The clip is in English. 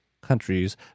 countries